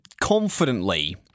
confidently